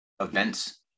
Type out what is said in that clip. events